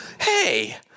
hey